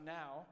now